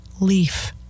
leaf